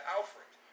Alfred